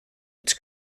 its